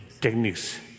techniques